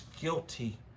guilty